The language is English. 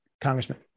Congressman